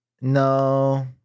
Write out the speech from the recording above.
No